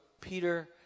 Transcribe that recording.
Peter